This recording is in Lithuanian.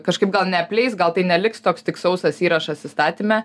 kažkaip gal neapleis gal tai neliks toks tik sausas įrašas įstatyme